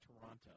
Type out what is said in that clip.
Toronto